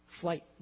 Flight